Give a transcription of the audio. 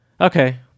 Okay